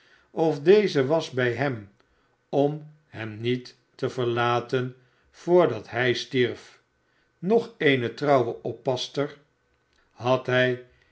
of deze was bij hem om hem niet te verlaten voor dat hij stierf nog eene getrouwe oppasster had hij